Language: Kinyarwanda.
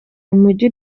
umujyi